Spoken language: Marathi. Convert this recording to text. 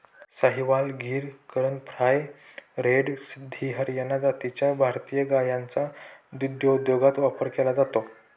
साहिवाल, गीर, करण फ्राय, रेड सिंधी, हरियाणा जातीच्या भारतीय गायींचा दुग्धोद्योगात वापर केला जातो